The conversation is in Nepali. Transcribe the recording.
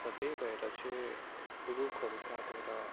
र त्यही भएर चाहिँ रुखहरू काटेर